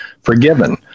forgiven